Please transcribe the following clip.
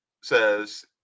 says